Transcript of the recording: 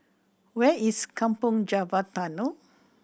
where is Kampong Java Tunnel